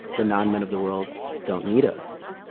the non-mitt of the world don't need us.